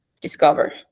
discover